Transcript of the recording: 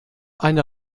eine